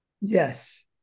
yes